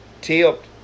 tipped